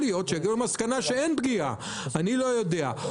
שיגיעו למסקנה שאין פגיעה, אני לא יודע.